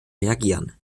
reagieren